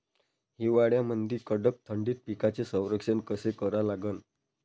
हिवाळ्यामंदी कडक थंडीत पिकाचे संरक्षण कसे करा लागन?